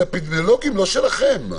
של האפידמיולוגים, לא שלכם.